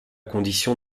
condition